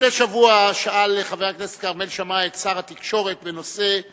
לפני שבוע שאל חבר הכנסת כרמל שאמה את שר התקשורת בנושא